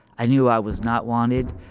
i knew i was not wanted.